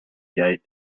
gate